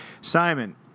Simon